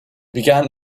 began